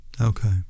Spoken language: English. Okay